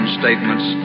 statements